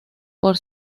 por